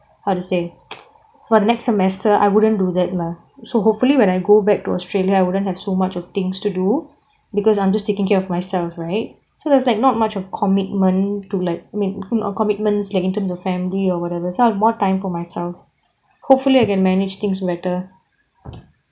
how to say for the next semester I wouldn't do that lah so hopefully when I go back to australia I wouldn't have so much of things to do because I'm just taking care of myself right so there's like not much of commitment to like commitments like in terms of family or whatever so I have more time for myself hopefully I can manage things better